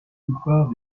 plupart